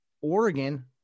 Oregon